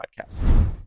podcasts